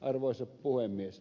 arvoisa puhemies